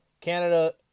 Canada